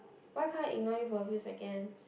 why can't I ignore you for a few seconds